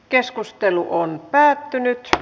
keskustelu päättyi